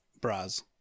bras